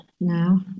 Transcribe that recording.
now